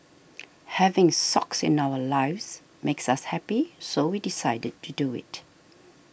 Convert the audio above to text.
having Socks in our lives makes us happy so we decided to do it